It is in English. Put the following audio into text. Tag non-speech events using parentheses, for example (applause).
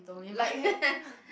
like he (laughs)